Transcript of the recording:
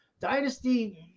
dynasty